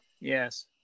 Yes